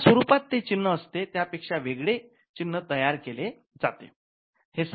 ज्या स्वरूपात ते चिन्ह असते त्या पेक्षा थोडे वेगळे चिन्ह तयार केले जाते